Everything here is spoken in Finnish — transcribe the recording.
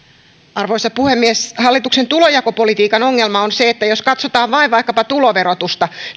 arvoisa puhemies hallituksen tulonjakopolitiikan ongelma on se että tulos näyttää toisenlaiselta jos katsotaan vain vaikkapa tuloverotusta